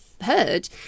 heard